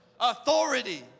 Authority